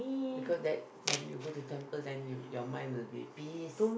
because that when you go to temple then you your mind would be peace